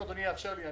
ברור לאדוני,